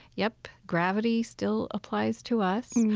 yep, gravity still applies to us.